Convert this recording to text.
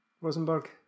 Rosenberg